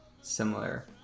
similar